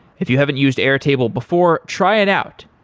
if you haven't used airtable before, try it out.